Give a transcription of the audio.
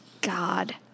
God